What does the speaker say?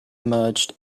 emerged